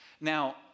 Now